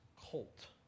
colt